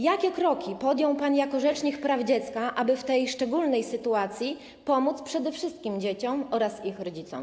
Jakie kroki podjął pan jako rzecznik praw dziecka, aby w tej szczególnej sytuacji pomóc przede wszystkim dzieciom oraz ich rodzicom?